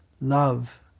love